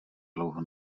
dlouho